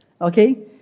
Okay